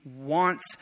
wants